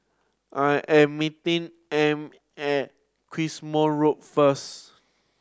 I am meeting Amy at Quemoy Road first